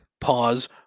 pause